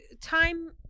time